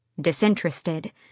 disinterested